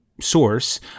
source